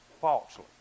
falsely